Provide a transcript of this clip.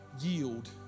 yield